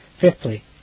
Fifthly